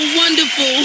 wonderful